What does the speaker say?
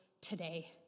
today